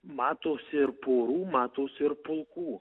matosi ir porų matosi ir pulkų